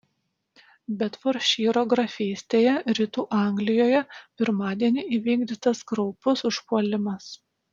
bedfordšyro grafystėje rytų anglijoje pirmadienį įvykdytas kraupus užpuolimas